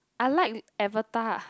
I like avatar